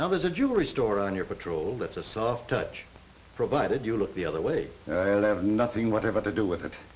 now there's a jewelry store on your patrol that's a soft touch provided you look the other way or they have nothing whatever to do with it